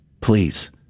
please